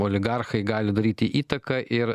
oligarchai gali daryti įtaką ir